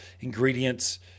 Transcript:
ingredients